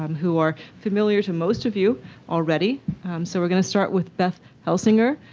um who are familiar to most of you already. so we're going to start with beth helsinger,